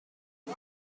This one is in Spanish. era